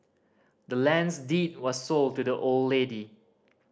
the land's deed was sold to the old lady